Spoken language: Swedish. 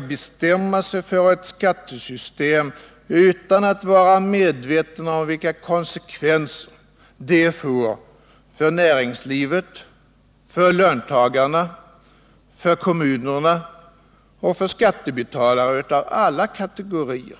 bestämma sig för ett skattesystem utan att vara medveten om vilka konsekvenser det får för näringslivet, för löntagarna, för kommunerna och för skattebetalare av alla kategorier.